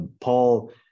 Paul